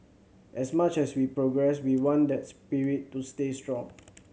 as much as we progress we want that spirit to stay strong